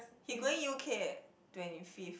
he going U_K twenty fifth